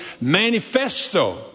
manifesto